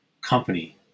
company